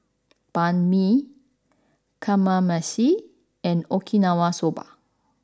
Banh Mi Kamameshi and Okinawa Soba